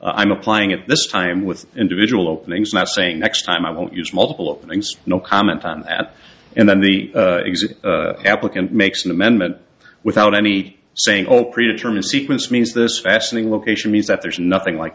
i'm applying at this time with individual openings that say next time i will use multiple openings no comment on that and then the exit applicant makes an amendment without any saying oh predetermine sequence means this fastening location means that there's nothing like